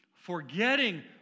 forgetting